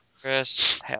Chris